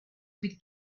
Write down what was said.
with